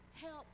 Help